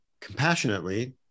compassionately